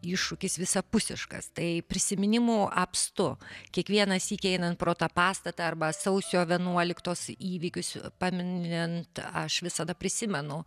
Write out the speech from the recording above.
iššūkis visapusiškas tai prisiminimų apstu kiekvieną sykį einant pro tą pastatą arba sausio vienuoliktos įvykius paminint aš visada prisimenu